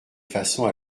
façon